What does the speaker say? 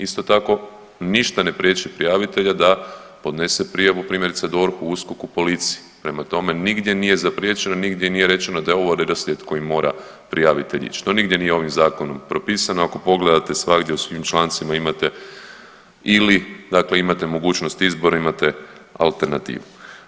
Isto tako ništa ne priječi prijavitelja da podnese prijavu primjerice DORH-u, USKOK-u, policiji, prema tome nigdje nije zapriječeno, nigdje nije rečeno da je ovo redoslijed kojim mora prijavitelj ić, to nije nigdje ovim zakonom propisano, ako pogledate svagdje u svim člancima imate ili dakle imate mogućnost izbora i imate alternativu.